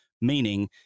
Meaning